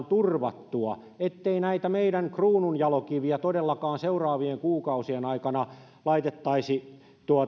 turvattua ettei näitä meidän kruununjalokiviä todellakaan seuraavien kuukausien aikana laitettaisi